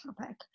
topic